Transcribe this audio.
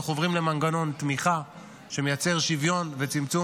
אנחנו עוברים למנגנון תמיכה שמייצר שוויון וצמצום